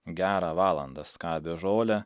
gerą valandą skabė žolę